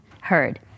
heard